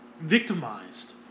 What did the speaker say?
victimized